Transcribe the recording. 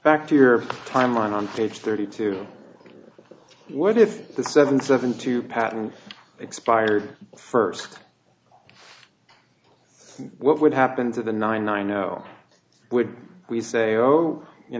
back to your timeline on page thirty two what if the seven seven two patents expire first what would happen to the nine i know would we say oh you